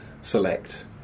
select